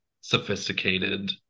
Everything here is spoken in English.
sophisticated